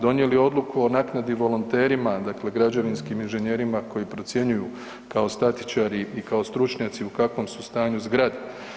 Donijeli odluku o naknadi volonterima dakle građevinskim inženjerima koji procjenjuju kao statičari i kao stručnjaci u kakvom su stanju zgrade.